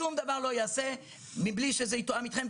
שום דבר לא ייעשה בלי שזה יתואם איתכם,